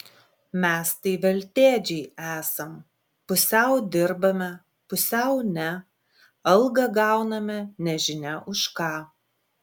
mes tai veltėdžiai esam pusiau dirbame pusiau ne algą gauname nežinia už ką